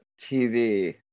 TV